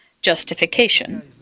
justification